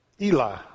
Eli